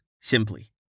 simply